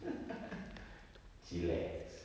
chillax